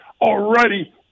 already